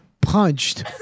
punched